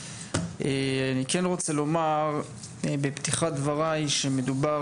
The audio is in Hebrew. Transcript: אני כן רוצה לומר בפתיחת דבריי שמדובר